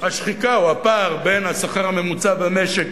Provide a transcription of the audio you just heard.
השחיקה או הפער בין השכר הממוצע במשק